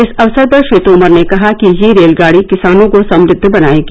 इस अवसर पर श्री तोमर ने कहा कि यह रेलगाड़ी किसानों को समुद्व बनाएगी